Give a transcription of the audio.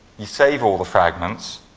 you save all the fragments.